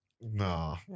no